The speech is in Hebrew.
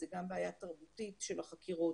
זה גם בעיה תרבותית של החקירות,